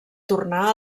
tornar